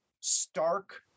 stark